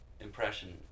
impression